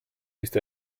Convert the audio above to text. ist